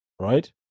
right